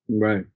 Right